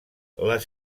les